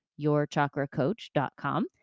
yourchakracoach.com